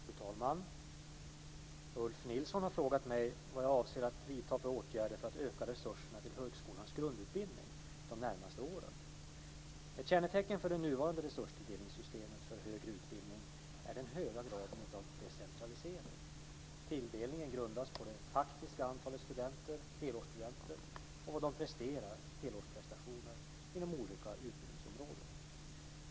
Fru talman! Ulf Nilsson har frågat mig om jag avser att vidta några åtgärder för att öka resurserna till högskolans grundutbildning de närmaste åren. Ett kännetecken för det nuvarande resurstilldelningssystemet för högre utbildning är den höga graden av decentralisering. Tilldelningen grundas på det faktiska antalet studenter och vad de presterar inom olika utbildningsområden.